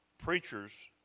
Preachers